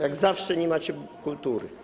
Jak zawsze - nie macie kultury.